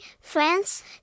France